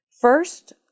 First